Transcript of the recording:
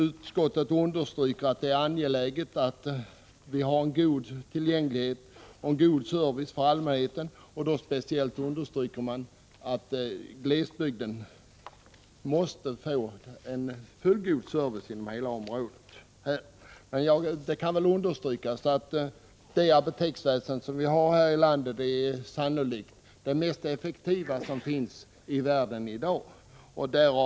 Utskottet understryker att det är angeläget att vi har en god tillgänglighet och en god service för allmänheten och framhåller speciellt att glesbygden måste få en fullgod service inom hela området i fråga. Det apoteksväsende vi har här i landet är sannolikt det mest effektiva i världen i dag.